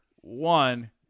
one